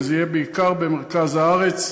וזה יהיה בעיקר במרכז הארץ,